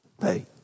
hey